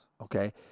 Okay